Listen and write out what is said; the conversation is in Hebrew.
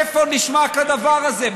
איפה נשמע כדבר הזה?